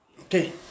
Okay